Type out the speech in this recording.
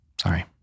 sorry